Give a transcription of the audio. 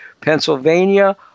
Pennsylvania